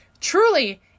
truly